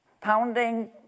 pounding